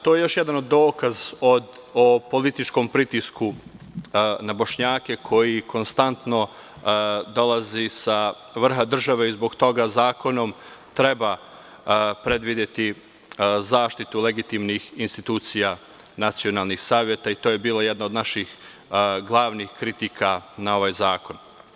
To je još jedan dokaz o političkom pritisku na Bošnjake, koji konstantno dolazi sa vrha države i zbog toga zakonom treba predvideti zaštitu legitimnih institucija nacionalnih saveta i to je bila jedna od naših glavnih kritika na ovaj zakon.